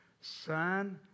son